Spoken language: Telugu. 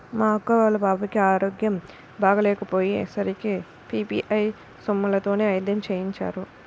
మా అక్క వాళ్ళ పాపకి ఆరోగ్యం బాగోకపొయ్యే సరికి పీ.పీ.ఐ సొమ్ములతోనే వైద్యం చేయించారు